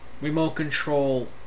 remote-control